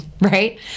right